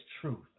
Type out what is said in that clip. truth